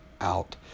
out